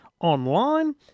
online